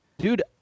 dude